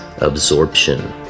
absorption